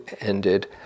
ended